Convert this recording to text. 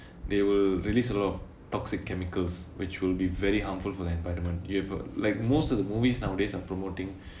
they will release a lot of toxic chemicals which will be very harmful for the environment you have like most of the movies nowadays are promoting